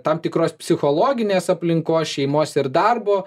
tam tikros psichologinės aplinkos šeimos ir darbo